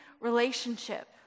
relationship